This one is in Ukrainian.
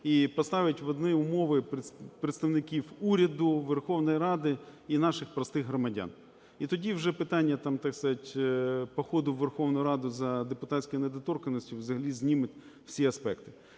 і поставить в одні умови представників уряду, Верховної Ради і наших простих громадян. І тоді вже питання, так сказать, походу у Верховну Раду за депутатською недоторканністю взагалі зніме всі аспекти.